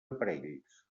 aparells